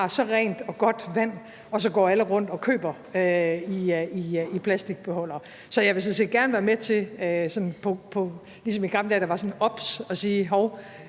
så rent og godt vand og så går alle rundt og køber det i plastikbeholdere. Så jeg vil sådan set gerne være med til – ligesom da der i gamle dage var sådan noget,